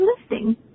listing